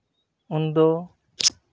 ᱩᱱᱫᱚ